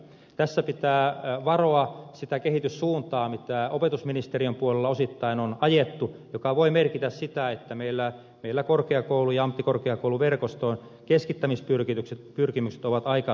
tässä pitää varoa sitä kehityssuuntaa mitä opetusministeriön puolella osittain on ajettu joka voi merkitä sitä että meillä korkeakoulu ja ammattikorkeakouluverkoston keskittämispyrkimykset ovat aika tuntuvia ja mittavia